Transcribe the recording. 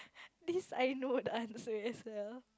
this I know the answer is the